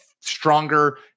stronger